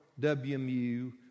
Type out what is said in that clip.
WMU